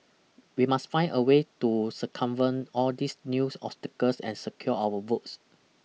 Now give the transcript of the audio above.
we must find a way to circumvent all these new obstacles and secure our votes